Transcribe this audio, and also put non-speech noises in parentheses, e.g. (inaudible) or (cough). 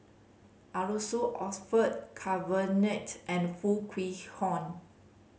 Arasu Orfeur (unintelligible) and Foo Kwee Horng